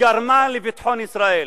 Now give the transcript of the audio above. גרמה לביטחון ישראל?